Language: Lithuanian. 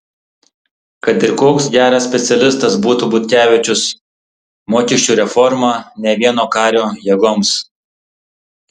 kad ir koks geras specialistas būtų butkevičius mokesčių reforma ne vieno kario jėgoms